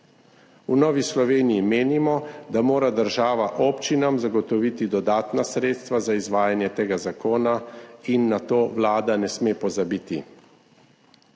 V Novi Sloveniji menimo, da mora država občinam zagotoviti dodatna sredstva za izvajanje tega zakona in na to Vlada ne sme pozabiti.